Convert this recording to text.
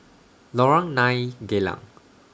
Lorong nine Geylang